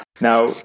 Now